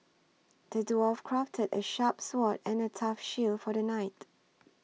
the dwarf crafted a sharp sword and a tough shield for the knight